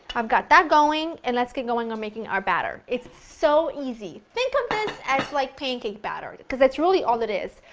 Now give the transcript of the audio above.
i've got that going and let's get going on our batter. it's so easy, think of this as like pancake batter. because that's really all it is.